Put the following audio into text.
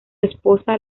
esposa